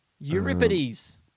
Euripides